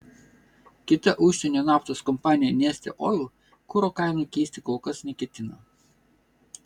kita užsienio naftos kompanija neste oil kuro kainų keisti kol kas neketina